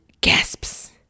gasps